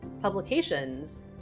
publications